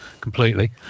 completely